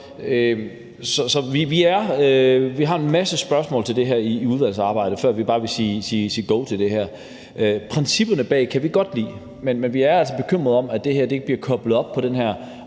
vi har en masse spørgsmål til det her i udvalgsarbejdet, før vi bare vil sige go til det. Principperne bag kan vi godt lide, men vi er altså bekymret for, om det her bliver koblet op på den her